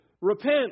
Repent